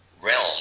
realm